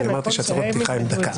שהצהרות פתיחה הן דקה.